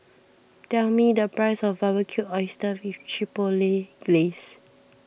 tell me the price of Barbecued Oysters with Chipotle Glaze